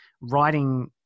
writing